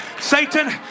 Satan